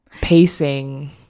pacing